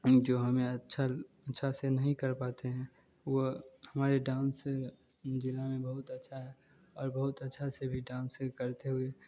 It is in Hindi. जो हमें अच्छा से नहीं कर पाते हैं वह हमारे डांस ज़िला में बहुत अच्छा है और बहुत अच्छा से भी डांस करते हुए